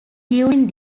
during